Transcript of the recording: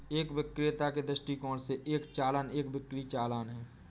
एक विक्रेता के दृष्टिकोण से, एक चालान एक बिक्री चालान है